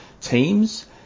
teams